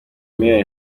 miliyoni